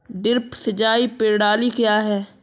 Drip सिंचाई प्रणाली क्या है?